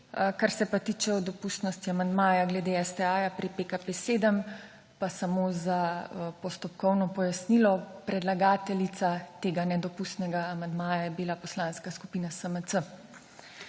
Kar se pa tiče o dopustnosti amandmaja glede STA pri PKP 7, pa samo za postopkovno pojasnilo, predlagateljica tega nedopustnega amandmaja je bila Poslanska skupina SMC.